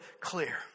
clear